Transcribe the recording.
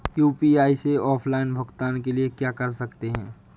UPI से offline भुगतान के लिए क्या कर सकते हैं?